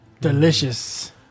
Delicious